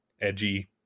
edgy